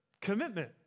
commitment